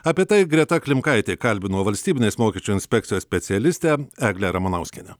apie tai greta klimkaitė kalbino valstybinės mokesčių inspekcijos specialistę eglę ramanauskienę